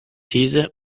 these